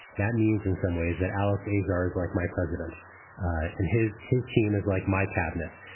that means in some ways that alex azar is like my president and his his team is like my cabinet.